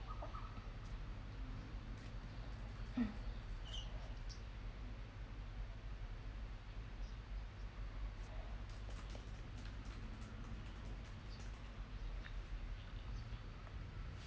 mm